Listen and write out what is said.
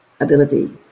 ability